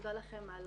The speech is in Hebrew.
תודה לכם על